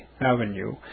Avenue